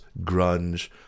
grunge